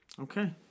okay